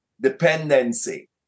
dependency